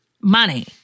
money